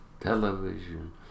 television